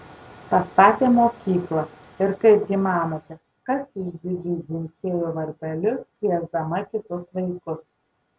pastatė mokyklą ir kaipgi manote kas išdidžiai dzingsėjo varpeliu kviesdama kitus vaikus